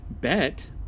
bet